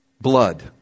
Blood